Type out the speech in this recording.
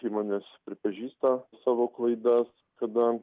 įmonės pripažįsta savo klaidas kada